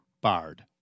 bard